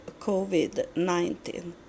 COVID-19